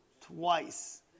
Twice